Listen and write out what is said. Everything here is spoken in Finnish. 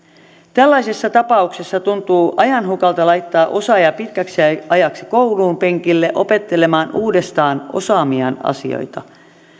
tällaisessa tapauksessa tuntuu ajanhukalta laittaa osaaja pitkäksi ajaksi koulunpenkille opettelemaan uudestaan osaamiaan asioita